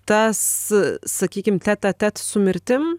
tas sakykim tete a tete su mirtim